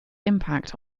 impact